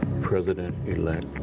President-elect